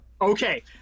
Okay